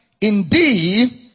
indeed